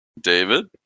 David